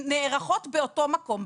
שנערכות באותו מקום,